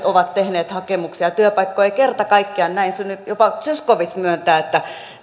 ovat tehneet hakemuksia työpaikkoja ei kerta kaikkiaan näin synny jopa zyskowicz myöntää että